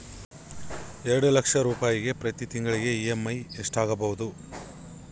ಎರಡು ಲಕ್ಷ ರೂಪಾಯಿಗೆ ಪ್ರತಿ ತಿಂಗಳಿಗೆ ಇ.ಎಮ್.ಐ ಎಷ್ಟಾಗಬಹುದು?